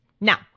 Now